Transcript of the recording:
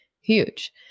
Huge